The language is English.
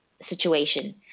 situation